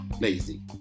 lazy